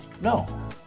No